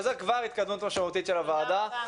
זה כבר התקדמות משמעותית של הוועדה.